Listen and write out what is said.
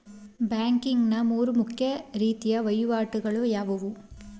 Banking ನ ಮೂರು ಮುಖ್ಯ ರೀತಿಯ ವಹಿವಾಟುಗಳು ಯಾವುವು?